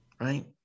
Right